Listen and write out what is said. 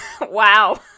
Wow